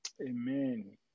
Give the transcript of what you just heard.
Amen